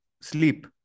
sleep